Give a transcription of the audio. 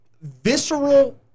visceral